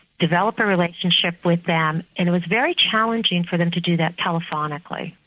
develop a relationship with them and it was very challenging for them to do that telephonically.